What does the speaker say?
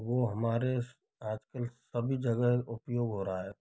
वो हमारे आजकल सभी जगह उपयोग हो रहा है